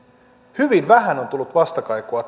hyvin vähän on tullut vastakaikua